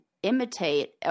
imitate